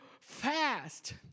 fast